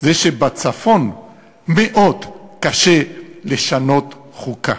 שבצפון מאוד קשה לשנות חוקה,